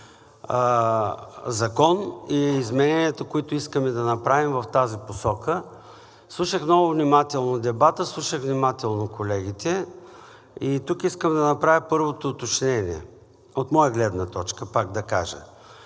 закон и измененията, които искаме да направим в тази посока. Слушах много внимателно дебата, слушах внимателно колегите и тук искам да направя първото уточнение от моя гледна точка, пак да кажа.